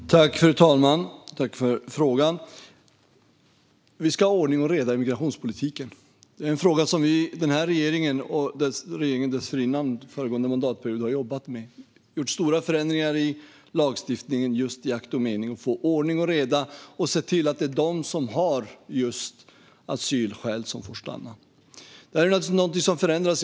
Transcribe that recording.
Fru talman! Jag tackar för frågan. Vi ska ha ordning och reda i migrationspolitiken. Det är en fråga som den här regeringen och regeringen dessförinnan, under föregående mandatperiod, har jobbat med. Vi har gjort stora förändringar i lagstiftningen i akt och mening att få ordning och reda och se till att det är just de som har asylskäl som får stanna. Detta är naturligtvis någonting som förändras.